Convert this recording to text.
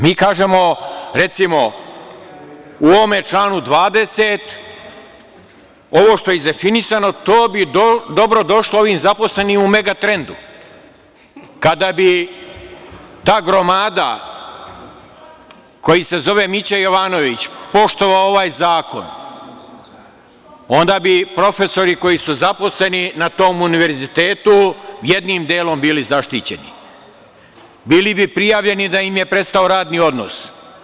Mi kažemo recimo u ovom članu 20. ovo što je definisano to bi dobrodošlo ovim zaposlenima u „Megatrendu“ kada bi ta gromada, koji se zove Mića Jovanović, poštovao ovaj zakon, onda bi profesori koji su zaposleni na tom Univerzitetu jednim delom bili zaštićeni, bili bi prijavljeni da im je prestao radni odnos.